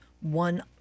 one